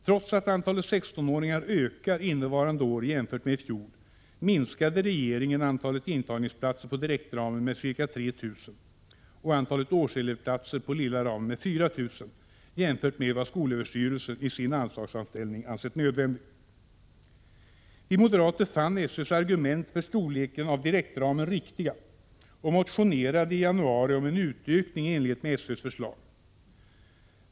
Trots att antalet 16-åringar ökar innevarande år jämfört med i fjol, minskade regeringen antalet intagningsplatser på direktramen med ca 3 000 och antalet årselevplatser på lilla ramen med 4 000, jämfört med vad skolöverstyrelsen i sin anslagsframställning ansett vara nödvändigt. Vi moderater fann SÖ:s argument riktiga när det gäller storleken av direktramen och motionerade i januari om en utökning i enlighet med SÖ:s förslag.